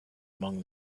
among